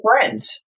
friends